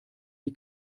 die